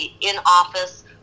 in-office